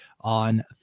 on